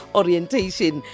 orientation